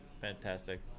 Fantastic